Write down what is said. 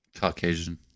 Caucasian